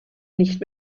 nicht